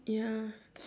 ya